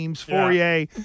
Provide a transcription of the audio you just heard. Fourier